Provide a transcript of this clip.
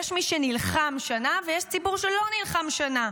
יש מי שנלחם שנה ויש ציבור שלא נלחם שנה.